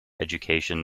education